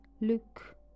look